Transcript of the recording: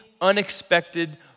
unexpected